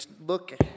look